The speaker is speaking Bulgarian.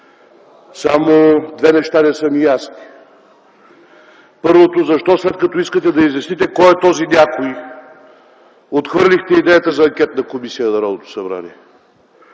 Само две неща не са ми ясни. Първото е: защо, след като искате да изясните кой е този някой, отхвърлихте идеята за анкетна комисия на Народното събрание?